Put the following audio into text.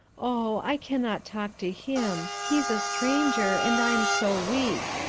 o i cannot talk to him. he's a stranger and i'm so weak.